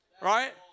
right